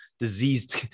diseased